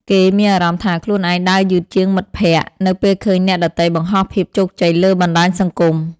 គេមានអារម្មណ៍ថាខ្លួនឯងដើរយឺតជាងមិត្តភក្តិ នៅពេលឃើញអ្នកដទៃបង្ហោះភាពជោគជ័យលើបណ្តាញសង្គម។